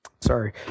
sorry